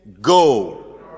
Go